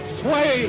sway